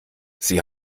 sie